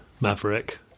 maverick